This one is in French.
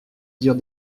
dire